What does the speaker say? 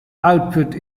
output